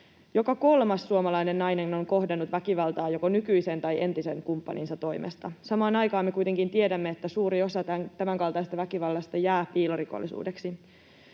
Joka kolmas suomalainen nainen on kohdannut väkivaltaa joko nykyisen tai entisen kumppaninsa toimesta. Samaan aikaan me kuitenkin tiedämme, että suuri osa tämänkaltaisesta väkivallasta jää piilorikollisuudeksi.